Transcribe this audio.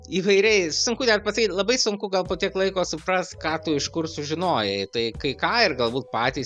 įvairiai sunku dar pasakyt labai sunku gal po kiek laiko supras ką tu iš kur sužinojai tai kai ką ir galbūt patys